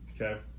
okay